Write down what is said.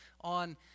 on